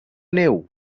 neu